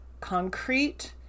concrete